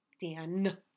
Dan